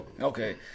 Okay